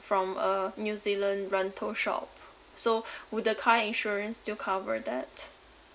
from a new zealand rental shop so would the car insurance still cover that